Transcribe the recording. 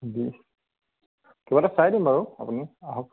দি কিবা এটা চাই দিম বাৰু আপুনি আহক